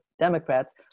Democrats